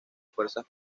fuerzas